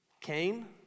Cain